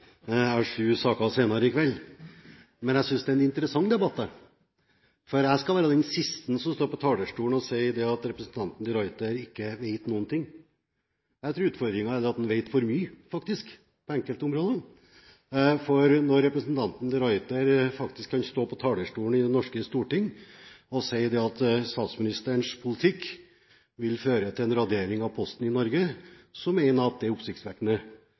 jeg har sju saker senere i kveld! Jeg synes dette er en interessant debatt, og jeg skal være den siste til å stå på talerstolen og si at representanten de Ruiter ikke vet noen ting. Jeg tror utfordringen er at han faktisk vet for mye på enkelte områder. For når representanten de Ruiter kan stå på talerstolen i det norske storting og si at statsministerens politikk vil føre til en radering av Posten i Norge, mener jeg at det er oppsiktsvekkende